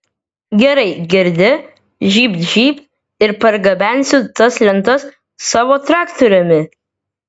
gerai girdi žybt žybt ir pargabensiu tas lentas savo traktoriumi